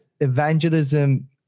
evangelism